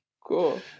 Cool